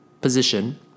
position